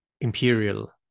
imperial